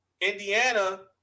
Indiana